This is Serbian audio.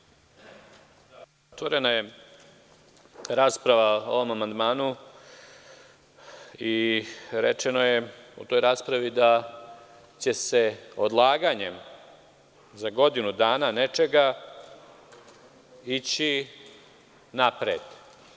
Otvorena je rasprava o ovom amandmanu i rečeno je u toj raspravi da će se odlaganjem za godinu dana nečega ići napred.